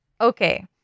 Okay